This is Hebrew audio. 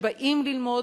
שבאים ללמוד,